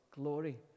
glory